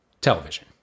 television